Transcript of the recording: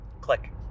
Click